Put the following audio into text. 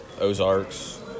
Ozarks